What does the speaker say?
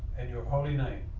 and your holy name,